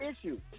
issue